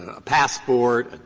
a passport,